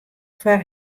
foar